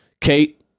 Kate